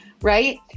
right